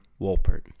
Wolpert